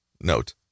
Note